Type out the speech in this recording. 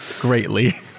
greatly